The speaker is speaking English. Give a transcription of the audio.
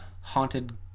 haunted